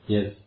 Yes